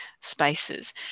spaces